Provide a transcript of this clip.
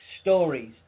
stories